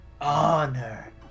Honor